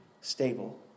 stable